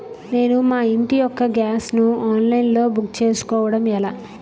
నేను మా ఇంటి యెక్క గ్యాస్ ను ఆన్లైన్ లో బుక్ చేసుకోవడం ఎలా?